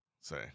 say